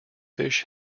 fish